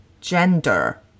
gender